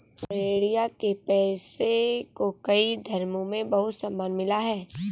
गरेड़िया के पेशे को कई धर्मों में बहुत सम्मान मिला है